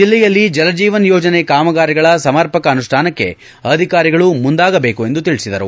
ಜಿಲ್ಲೆಯಲ್ಲಿ ಜಲ ಜೀವನ್ ಯೋಜನೆ ಕಾಮಗಾರಿಗಳ ಸಮರ್ಪಕ ಅನುಷ್ಠಾನಕ್ಕೆ ಅಧಿಕಾರಿಗಳು ಮುಂದಾಗಬೇಕು ಎಂದು ತಿಳಿಸಿದರು